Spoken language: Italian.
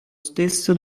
stesso